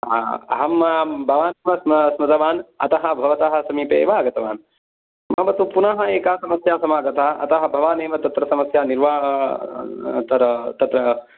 आ अहं भवतः स्मृतवान् अतः भवतः समीपे एव आगतवान् मम तु पुनः एका समस्या समागता अतः भवानेव तत्र समस्यानिर्वाहः तत् तत्र